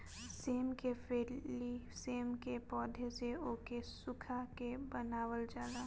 सेम के फली सेम के पौध से ओके सुखा के बनावल जाला